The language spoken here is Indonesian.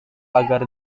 agar